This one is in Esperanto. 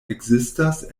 ekzistas